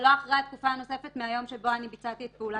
אבל לא אחרי התקופה הנוספת מהיום שבו אני ביצעתי את פעולת החקירה.